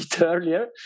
earlier